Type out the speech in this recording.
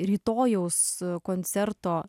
rytojaus koncerto